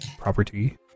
property